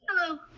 Hello